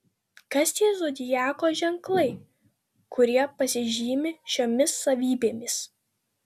kas tie zodiako ženklai kurie pasižymi šiomis savybėmis